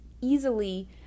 easily